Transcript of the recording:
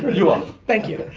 you are. thank you.